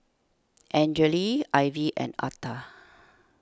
Angele Ivie and Atha